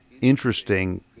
interesting